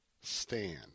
Stand